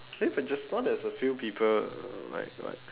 eh but just now there's a few people like like